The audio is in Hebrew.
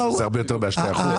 זה פשוט לא יהיה קיים.